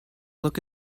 look